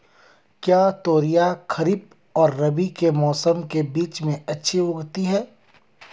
क्या तोरियां खरीफ और रबी के मौसम के बीच में अच्छी उगती हैं?